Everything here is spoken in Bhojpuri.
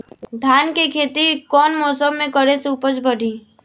धान के खेती कौन मौसम में करे से उपज बढ़ी?